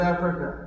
Africa